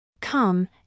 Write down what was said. Come